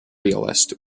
realist